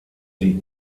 die